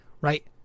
Right